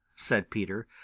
said peter.